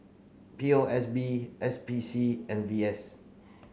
P O S B S P C and V S